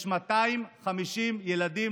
יש 250 ילדים,